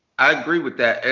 i agree with that.